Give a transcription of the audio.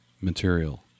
material